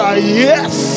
yes